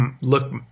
look